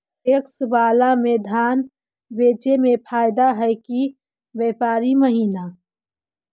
PACS बाला में धान बेचे मे फायदा है कि व्यापारी महिना?